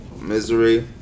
misery